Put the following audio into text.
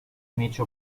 amici